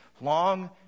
long